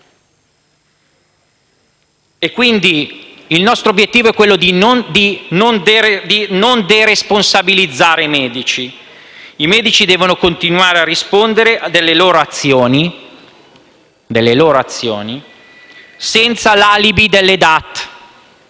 Quindi, il nostro obiettivo è quello di non deresponsabilizzare i medici. I medici devono continuare a rispondere delle loro azioni, senza l'alibi delle DAT